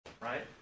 right